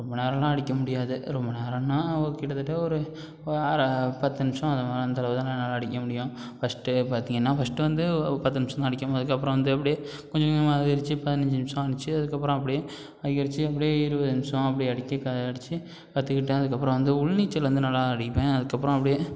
ரொம்ப நேரமெலாம் அடிக்க முடியாது ரொம்ப நேரம்னால் ஓர் கிட்டத்தட்ட ஒரு அரை பத்து நிமிஷம் அதை மாதிரி அந்தளவு தான் என்னால அடிக்க முடியும் பஸ்ட்டே பாத்திங்கன்னா பஸ்ட்டு வந்து ஒரு பத்து நிமிஷம் தான் அடிக்க முடியும் அதுக்கப்பறம் வந்து அப்டியே கொஞ்சம் கொஞ்சமாக அதிகரிச்சு பதினஞ்சு நிமிஷம் ஆச்சு அதுக்கப்புறம் அப்படியே அதிகரிச்சு அப்படியே இருபது நிமிஷம் அப்படி அடிக்க க அடிச்சு கற்றுக்கிட்டேன் அதுக்கப்புறம் வந்து உள் நீச்சல் வந்து நல்லா அடிப்பேன் அதுக்கப்புறம் அப்படியே